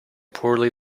poorly